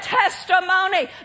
testimony